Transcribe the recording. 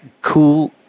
cool